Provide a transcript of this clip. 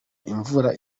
imvura